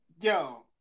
Yo